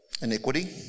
iniquity